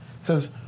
says